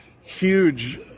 huge